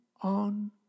on